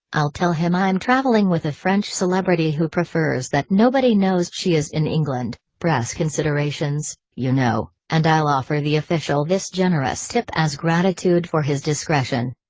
i'll tell him i'm traveling with a french celebrity who prefers that nobody knows she is in england press considerations, you know and i'll offer the official this generous tip as gratitude for his discretion.